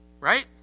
Right